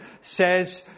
says